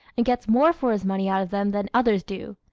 and gets more for his money out of them than others do.